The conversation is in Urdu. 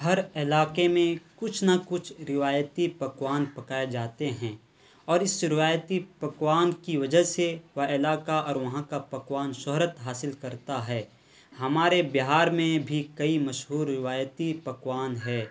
ہر علاقے میں کچھ نہ کچھ روایتی پکوان پکائے جاتے ہیں اور اس روایتی پکوان کی وجہ سے وہ علاقہ اور وہاں کا پکوان شہرت حاصل کرتا ہے ہمارے بہار میں بھی کئی مشہور روایتی پکوان ہے